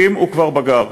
אם הוא כבר בגר,